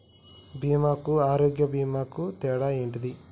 బీమా కు ఆరోగ్య బీమా కు తేడా ఏంటిది?